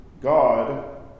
God